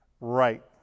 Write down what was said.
Right